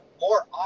more